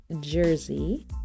Jersey